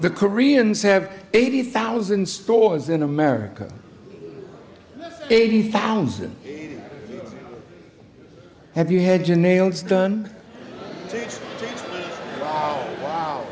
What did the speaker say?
the koreans have eighty thousand stores in america eighty thousand have you had your nails done